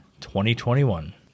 2021